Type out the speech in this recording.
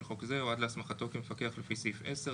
חוק זה או עד להסמכתו כמפקח לפי סעיף 10,